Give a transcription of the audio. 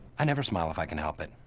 i never smile if i can help it.